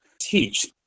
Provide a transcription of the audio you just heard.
teach